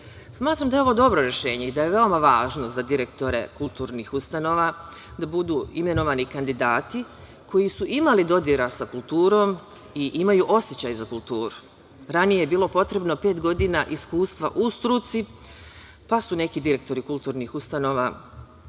Smatram da je ovo dobro rešenje i da je veoma važno za direktore kulturnih ustanova da budu imenovani kandidati koji su imali dodira sa kulturom i imaju osećaj za kulturu. Ranije je bilo potrebno pet godina iskustva u struci, pa su neki direktori kulturnih ustanova